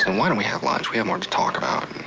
and why don't we have lunch, we have more to talk about.